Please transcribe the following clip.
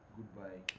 Goodbye